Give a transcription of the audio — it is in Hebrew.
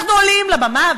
אנחנו עולים לבמה,